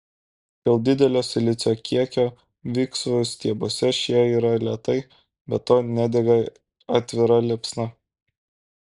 dėl didelio silicio kiekio viksvų stiebuose šie yra lėtai be to nedega atvira liepsna